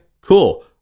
cool